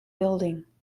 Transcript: building